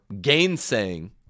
gainsaying